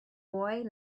boy